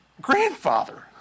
grandfather